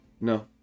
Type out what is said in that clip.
No